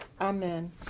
Amen